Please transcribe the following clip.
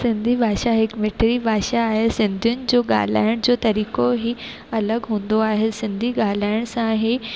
सिंधी भाषा हिकु मिठिड़ी भाषा आहे सिंधियुनि जो ॻाल्हाइण जो तरीक़ो ई अलॻि हूंदो आहे सिंधी ॻाल्हाइण सां ई